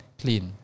clean